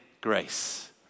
grace